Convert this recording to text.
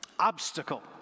obstacle